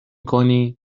کنی